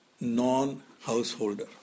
non-householder